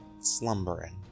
slumbering